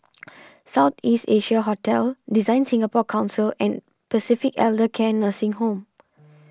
South East Asia Hotel Design Singapore Council and Pacific Elder Care Nursing Home